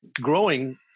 growing